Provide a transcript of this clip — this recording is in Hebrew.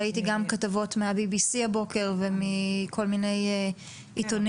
ראיתי גם כתבות מה-BBC הבוקר ומכל מיני עיתונים